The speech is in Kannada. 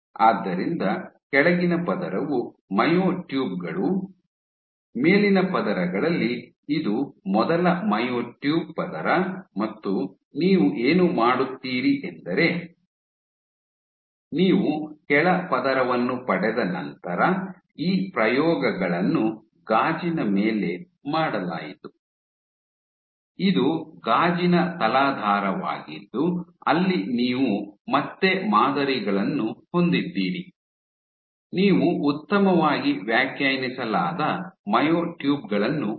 ಆದ್ದರಿಂದ ಕೆಳಗಿನ ಪದರವು ಮೈಯೊಟ್ಯೂಬ್ ಗಳು ಮೇಲಿನ ಪದರಗಳಲ್ಲಿ ಇದು ಮೊದಲ ಮೈಯೊಟ್ಯೂಬ್ ಪದರ ಮತ್ತು ನೀವು ಏನು ಮಾಡುತ್ತೀರಿ ಎಂದರೆ ನೀವು ಕೆಳ ಪದರವನ್ನು ಪಡೆದ ನಂತರ ಈ ಪ್ರಯೋಗಗಳನ್ನು ಗಾಜಿನ ಮೇಲೆ ಮಾಡಲಾಯಿತು ಇದು ಗಾಜಿನ ತಲಾಧಾರವಾಗಿದ್ದು ಅಲ್ಲಿ ನೀವು ಮತ್ತೆ ಮಾದರಿಗಳನ್ನು ಹೊಂದಿದ್ದೀರಿ ನೀವು ಉತ್ತಮವಾಗಿ ವ್ಯಾಖ್ಯಾನಿಸಲಾದ ಮಯೋಟ್ಯೂಬ್ ಗಳನ್ನು ಪಡೆಯಬಹುದು